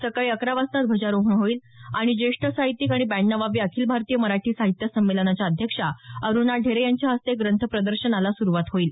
सकाळी अकरा वाजता ध्वजारोहण होईल आणि ज्येष्ठ साहित्यिक आणि ब्याण्णवाव्या आखिल भारतीय संमेलनाच्या अध्यक्षा अरूणा ढेरे यांच्या हस्ते ग्रंथ प्रदर्शनाला सुरूवात होईल